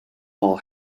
all